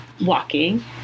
walking